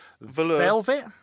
velvet